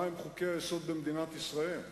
וידענו שהמשק יצטרך את ההזרמה